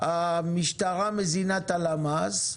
המשטרה מזינה את הלמ"ס,